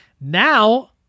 Now